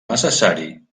necessari